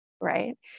right